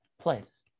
place